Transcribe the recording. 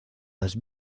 las